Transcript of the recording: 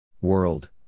World